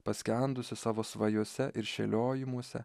paskendusi savo svajose ir šėliojimuose